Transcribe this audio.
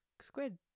Squid